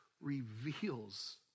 reveals